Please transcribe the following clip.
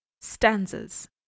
Stanzas